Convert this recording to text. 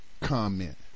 comment